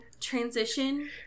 transition